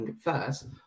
first